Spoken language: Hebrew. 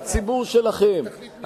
מהציבור שלכם,